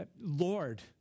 Lord